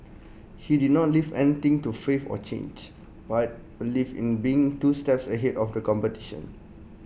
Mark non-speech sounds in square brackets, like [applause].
[noise] he did not leave anything to faith or chance but believed in being two steps ahead of the competition